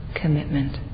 commitment